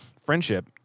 friendship